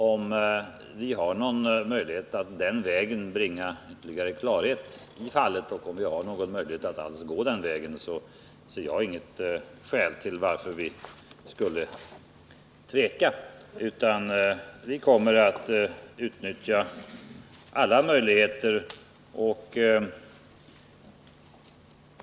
Om vi har någon möjlighet att den vägen bringa ytterligare klarhet i fallet och om vi alls kan gå den vägen, ser jag inget skäl till varför vi skulle tveka. Vi kommer att utnyttja alla möjligheter.